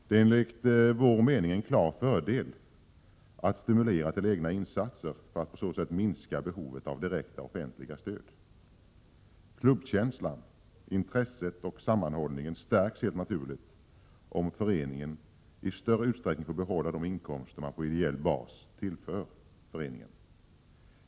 Det är enligt vår mening en klar fördel att stimulera till egna insatser för att därmed minska behovet av direkta offentliga stöd. Klubbkänslan, intresset och sammanhållningen stärks helt naturligt, om föreningen i större utsträckning får behålla de inkomster man på ideell bas tillför den.